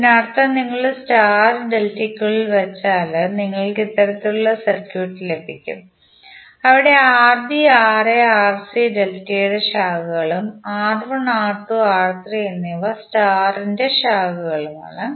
ഇതിനർത്ഥം നിങ്ങൾ സ്റ്റാർ ഡെൽറ്റയ്ക്കുള്ളിൽ വച്ചാൽ നിങ്ങൾക്ക് ഇത്തരത്തിലുള്ള സർക്യൂട്ട് ലഭിക്കും അവിടെ Rb Ra Rc ഡെൽറ്റയുടെ ശാഖകളും R1 R2 R3 എന്നിവ സ്റ്റാർ ന്റെ ശാഖകളുമാണ്